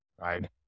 right